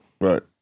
Right